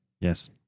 Yes